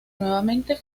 nuevamente